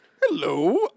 Hello